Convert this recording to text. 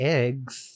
eggs